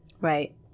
Right